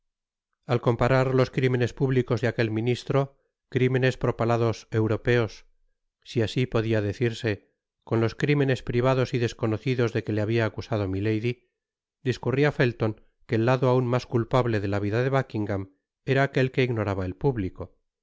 al comparar los crimenes públicos de aquel ministro crimenes propalados europeos si asi podia decirse con los crimenes privados y desconocidos de que le habia acusado milady discurria felton que el lado aun mas culpable de la vida de buckingam era aquel que ignoraba el público y